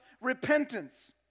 repentance